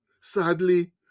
Sadly